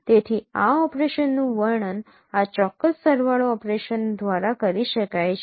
તેથી આ ઓપરેશનનું વર્ણન આ ચોક્કસ સરવાળા ઓપરેશન દ્વારા કરી શકાય છે